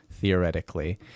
theoretically